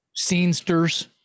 scenesters